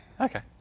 Okay